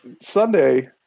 Sunday